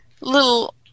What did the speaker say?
little